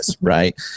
right